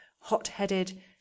hot-headed